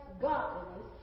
godliness